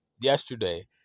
yesterday